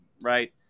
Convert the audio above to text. right